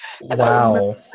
Wow